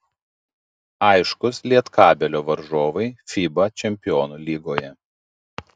aiškūs lietkabelio varžovai fiba čempionų lygoje